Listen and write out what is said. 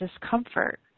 discomfort